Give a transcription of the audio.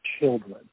children